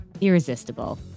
irresistible